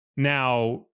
Now